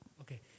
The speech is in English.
Okay